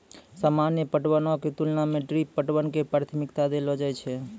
सामान्य पटवनो के तुलना मे ड्रिप पटवन के प्राथमिकता देलो जाय छै